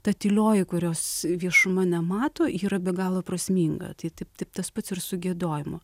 ta tylioji kurios viešuma nemato yra be galo prasminga tai taip taip tas pats ir su giedojimu